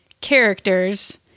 characters